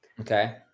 Okay